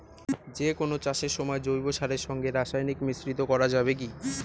যে কোন চাষের সময় জৈব সারের সঙ্গে রাসায়নিক মিশ্রিত করা যাবে কি?